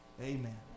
Amen